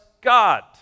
God